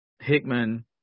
Hickman